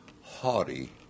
haughty